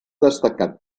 destacat